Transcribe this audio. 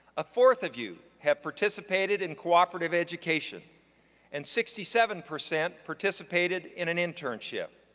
a fourth of you have participated in cooperative education and sixty seven percent participated in an internship.